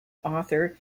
author